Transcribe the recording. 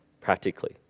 practically